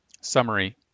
Summary